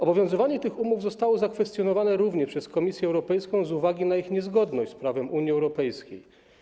Obowiązywanie tych umów zostało zakwestionowane również przez Komisję Europejską z uwagi na ich niezgodność z prawem Unii Europejskiej.